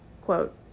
quote